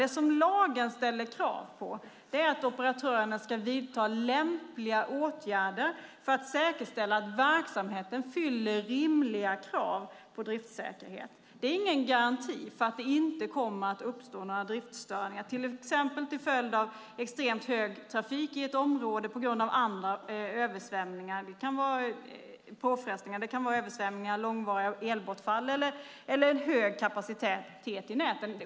Det som lagen ställer krav på är att operatörerna ska vidta lämpliga åtgärder för att säkerställa att verksamheten uppfyller rimliga krav på driftsäkerhet. Det är ingen garanti för att det inte kommer att uppstå några driftstörningar, till exempel till följd av extremt stor trafik i ett område, översvämningar, långvariga elbortfall, hög kapacitet i näten eller andra påfrestningar.